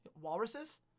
Walruses